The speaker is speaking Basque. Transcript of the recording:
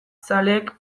zaleek